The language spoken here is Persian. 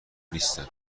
نیستن